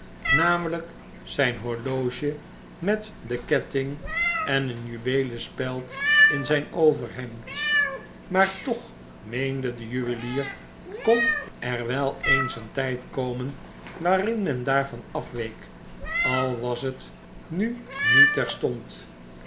namelijk zgn horloge met den ketting en een juweelen speld in zgn overhemd maar toch raeende de juwelier kon er wel eens een tgd komen waarin men daarvan afweek al was het nu niet terstond